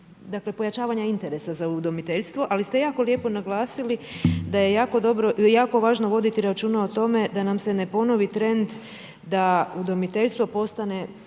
dakle pojačavanja interesa za udomiteljstvo ali ste jako lijepo naglasili da je jako važno voditi računa o tome da nam se ne ponovi trend da udomiteljstvo postane